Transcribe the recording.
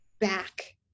back